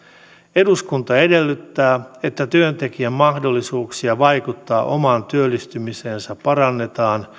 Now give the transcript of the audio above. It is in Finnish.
eduskunta edellyttää että työntekijän mahdollisuuksia vaikuttaa omaan työllistymiseensä parannetaan